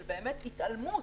של התעלמות,